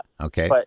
Okay